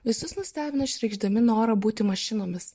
visus nustebino išreikšdami norą būti mašinomis